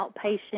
outpatient